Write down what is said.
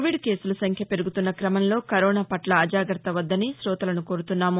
Covid కేసులసంఖ్య పెరుగుతున్న క్రమంలో కరోనాపట్ల అజాగ్రత్త వద్దని శోతలను కోరుతున్నాము